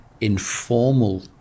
informal